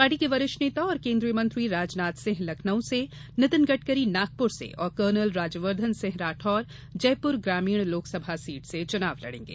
party के वरिष्ठ नेता और केन्द्रीय मंत्री राजनाथ सिंह लखनऊ से नितिन गडकरी नागपुर से और कर्नल राज्यवर्धन सिंह राठौड़ जयपुर ग्रामीण लोकसभा सीट से चुनाव लड़ेंगे